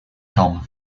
tom